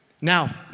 Now